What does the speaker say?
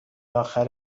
آخر